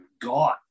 God